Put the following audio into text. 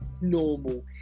normal